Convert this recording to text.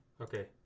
Okay